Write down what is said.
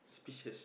suspicious